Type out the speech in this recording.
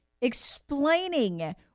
explaining